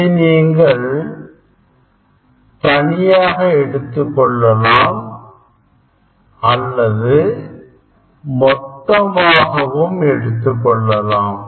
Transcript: இதை நீங்கள் தனியாக எடுத்துக் கொள்ளலாம் அல்லது மொத்தமாகவும் நீங்கள் எடுத்துக்கொள்ளலாம்